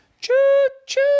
choo-choo